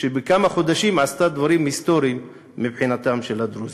שבכמה חודשים עשתה דברים היסטוריים מבחינתם של הדרוזים.